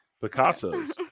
Picasso's